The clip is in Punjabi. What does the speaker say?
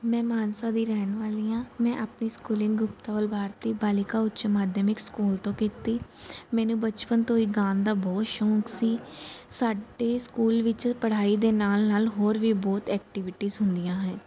ਮੈਂ ਮਾਨਸਾ ਦੀ ਰਹਿਣ ਵਾਲੀ ਹਾਂ ਮੈਂ ਆਪਣੀ ਸਕੂਲਿੰਗ ਬਾਲਿਕਾ ਉੱਚ ਮਾਧਿਅਮਿਕ ਸਕੂਲ ਤੋਂ ਕੀਤੀ ਮੈਨੂੰ ਬਚਪਨ ਤੋਂ ਹੀ ਗਾਉਣ ਦਾ ਬਹੁਤ ਸ਼ੌਕ ਸੀ ਸਾਡੇ ਸਕੂਲ ਵਿੱਚ ਪੜ੍ਹਾਈ ਦੇ ਨਾਲ ਨਾਲ ਹੋਰ ਵੀ ਬਹੁਤ ਐਕਟੀਵਿਟੀਜ਼ ਹੁੰਦੀਆਂ ਹੈ